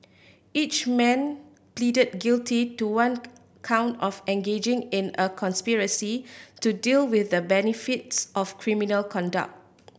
each man pleaded guilty to one count of engaging in a conspiracy to deal with the benefits of criminal conduct